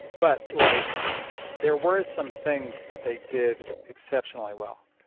but like there were some things that they did exceptionally well.